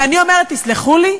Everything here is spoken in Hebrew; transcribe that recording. ואני אומרת: תסלחו לי,